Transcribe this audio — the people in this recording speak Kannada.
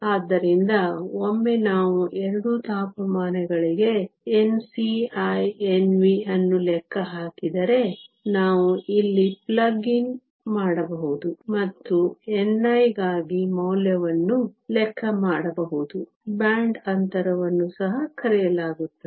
ಆದ್ದರಿಂದ ಒಮ್ಮೆ ನಾವು ಎರಡೂ ತಾಪಮಾನಗಳಿಗೆ Nc ¿Nv ಅನ್ನು ಲೆಕ್ಕ ಹಾಕಿದರೆ ನಾವು ಇಲ್ಲಿ ಪ್ಲಗ್ ಇನ್ ಮಾಡಬಹುದು ಮತ್ತು ni ಗಾಗಿ ಮೌಲ್ಯವನ್ನು ಲೆಕ್ಕ ಮಾಡಬಹುದು ಬ್ಯಾಂಡ್ ಅಂತರವನ್ನು ಸಹ ಕರೆಯಲಾಗುತ್ತದೆ